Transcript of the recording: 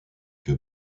que